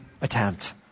attempt